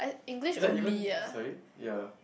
is like even sorry ya